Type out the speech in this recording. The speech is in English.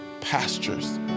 pastures